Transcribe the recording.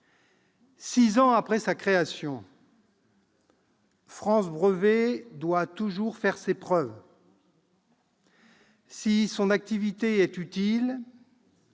Six ans après sa création, France Brevets doit toujours faire ses preuves. Si son activité est utile,